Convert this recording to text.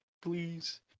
please